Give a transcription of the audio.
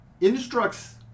Instructs